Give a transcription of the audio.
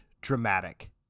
dramatic